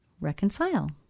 reconcile